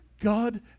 God